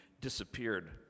disappeared